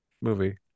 movie